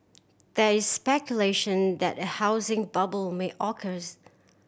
there is speculation that a housing bubble may occurs